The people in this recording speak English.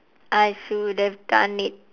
I should have done it